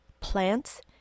plants